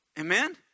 Amen